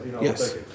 Yes